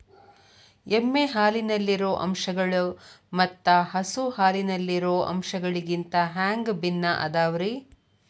ಎಮ್ಮೆ ಹಾಲಿನಲ್ಲಿರೋ ಅಂಶಗಳು ಮತ್ತ ಹಸು ಹಾಲಿನಲ್ಲಿರೋ ಅಂಶಗಳಿಗಿಂತ ಹ್ಯಾಂಗ ಭಿನ್ನ ಅದಾವ್ರಿ?